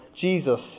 Jesus